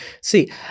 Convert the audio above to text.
See